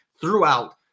throughout